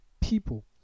people